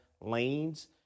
lanes